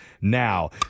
now